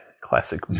classic